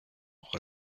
auch